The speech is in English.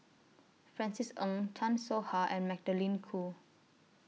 Francis Ng Chan Soh Ha and Magdalene Khoo